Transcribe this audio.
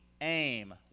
aim